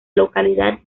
localidad